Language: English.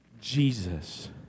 Jesus